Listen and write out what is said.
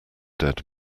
dead